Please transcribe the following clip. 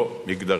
לא מגדרית.